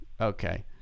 Okay